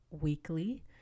weekly